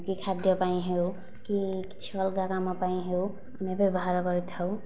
କି ଖାଦ୍ୟ ପାଇଁ ହେଉ କି କିଛି ଅଲଗା କାମ ପାଇଁ ହେଉ ଆମେ ବ୍ୟବହାର କରିଥାଉ